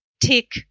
tick